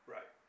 Right